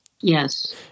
Yes